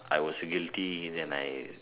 I was guilty and I